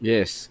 Yes